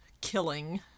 killing